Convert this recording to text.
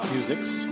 Musics